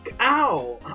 Ow